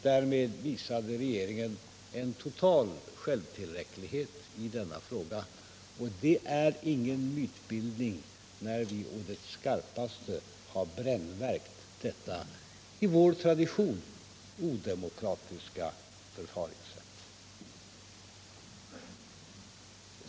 Därmed visade regeringen en total självtillräcklighet i denna fråga, och det är ingen mytbildning när vi å det skarpaste brännmärkt detta enligt vår tradition odemokratiska förfaringssätt.